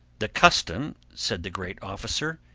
the custom, said the great officer,